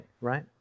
right